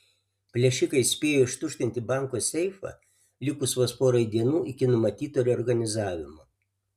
plėšikai spėjo ištuštinti banko seifą likus vos porai dienų iki numatyto reorganizavimo